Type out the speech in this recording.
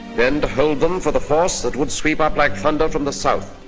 then to hold them for the force that would sweep up like thunder from the south.